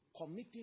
committing